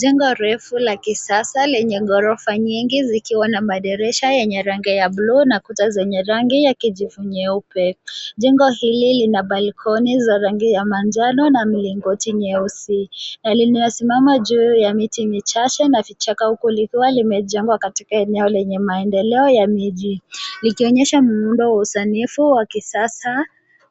Jengo refu la kisasa lenye gorofa nyingi zikiwa na madirisha yenye rangi ya bluu na kuta zenye rangi ya kijivu nyeupe. Jengo hili lina balkoni za rangi ya manjano na milingoti nyeusi na limesimama juu ya miti michache na kichaka huku likiwa limejengwa katika eneo lenye maendeleo ya miji likionyesha muundo wa kisanifu wa kisasa